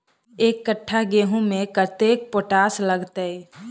एक कट्ठा गेंहूँ खेती मे कतेक कतेक पोटाश लागतै?